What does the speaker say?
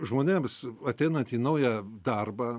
žmonėms ateinant į naują darbą